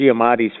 Giamatti's